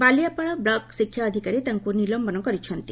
Baliapal block ଶିକ୍ଷା ଅଧିକାରୀ ତାଙ୍କୁ ନିଲମ୍ୟନ କରିଛନ୍ତି